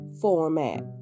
format